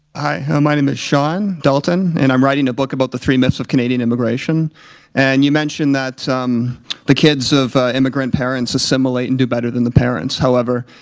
hi! my name is sean dalton and i'm writing a book about the three myths of canadian immigration and you mentioned that the kids of immigrant parents assimilate and do better than the parents. however,